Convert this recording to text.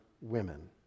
women